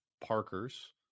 Parker's